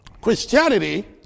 Christianity